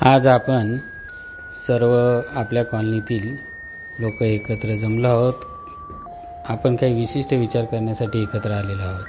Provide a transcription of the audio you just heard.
आज आपण सर्व आपल्या कॉलनीतील लोकं एकत्र जमलो आहोत आपण काही विशिष्ट विचार करण्यासाठी एकत्र आलेला आहोत